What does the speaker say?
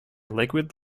liquid